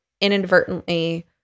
inadvertently